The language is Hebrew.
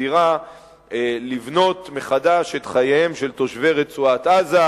נדירה לבנות מחדש את חייהם של תושבי רצועת-עזה,